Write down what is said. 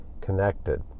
connected